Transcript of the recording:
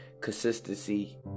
consistency